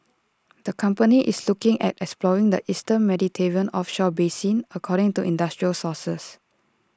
the company is looking at exploring the eastern Mediterranean offshore basin according to industry sources